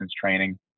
training